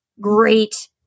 great